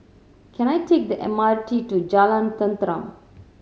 can I take the M R T to Jalan Tenteram